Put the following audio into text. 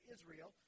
Israel